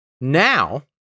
Now